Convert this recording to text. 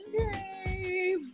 okay